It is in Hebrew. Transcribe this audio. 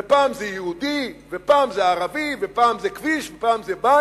ופעם זה יהודי ופעם זה ערבי ופעם זה כביש,